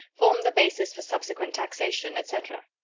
formed the basis for subsequent taxation, etc.